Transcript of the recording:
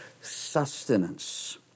sustenance